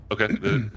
Okay